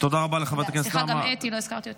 סליחה, גם אתי, לא הזכרתי אותך.